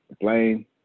blame